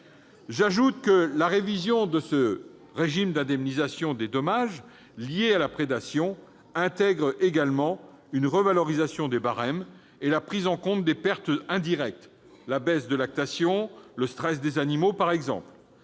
J'ajoute que la révision de ce régime d'indemnisation des dommages liés à la prédation intègre également une revalorisation des barèmes et la prise en compte des pertes indirectes telles que la baisse de lactation, ou encore le stress des animaux. Ces